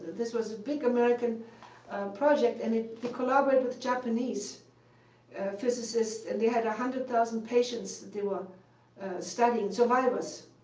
this was a big american project and ah they collaborate with japanese physicists. and they had one hundred thousand patients that they were studying survivors